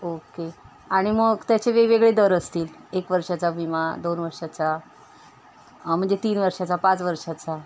okay आणि मग त्याचे वेगवेगळे दर असतील एक वर्षाचा विमा दोन वर्षांचा म्हणजे तीन वर्षांचा पाच वर्षांचा